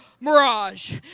mirage